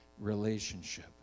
relationship